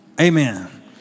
amen